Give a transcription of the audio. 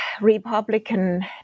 Republican